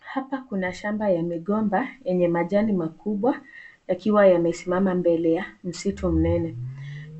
Hapa kuna shamba ya migomba yenye majani makubwa yakiwa yamesimama mbele ya msitu mnene.